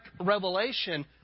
revelation